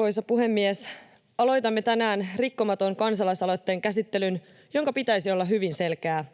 Arvoisa puhemies! Aloitamme tänään Rikkomaton-kansalais-aloitteen käsittelyn, jonka pitäisi olla hyvin selkeä.